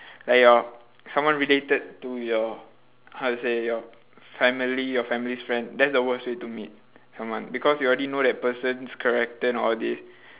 like your someone related to your how to say your family your family's friend that's the worst way to meet someone because you already know the person's character and all this